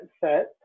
set